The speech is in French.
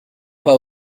pas